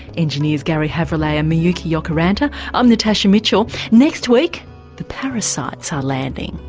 engineers garry havrillay and miyuki jokiranta. i'm natasha mitchell. next week the parasites are landing,